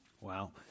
Wow